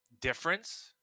difference